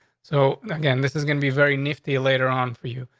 so again, this is gonna be very nifty later on for you.